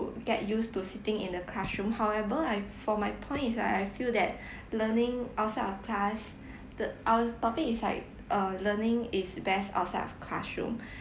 get used to sitting in a classroom however I for my point is like I feel that learning outside of class the our topic is like uh learning is best outside of classroom